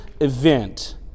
event